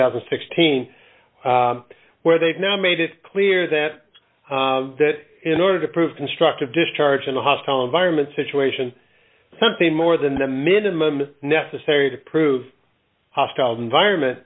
thousand and sixteen where they've now made it clear that that in order to prove constructive discharge in a hostile environment situation something more than the minimum necessary to prove hostile environment